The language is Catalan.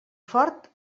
fort